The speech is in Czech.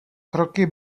kroky